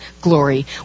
glory